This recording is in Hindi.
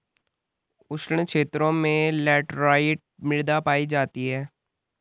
उष्ण क्षेत्रों में लैटराइट मृदा पायी जाती है